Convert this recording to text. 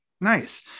Nice